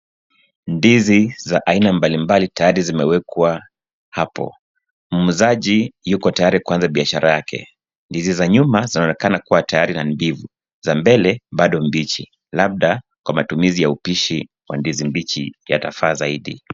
Ndizi za aina mbalimbali tayari zimewekwa hapo. Muuzaji yuko tayari kuanza biashara yake. Ndizi za nyuma zinaonekana kuwa tayari na mbivu za mbele bado mbichi labda kwa matumizi ya upishi wa ndizi mbichi yatafaa zaidi.